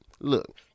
look